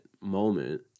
moment